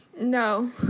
no